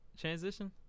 Transition